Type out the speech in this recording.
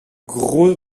gros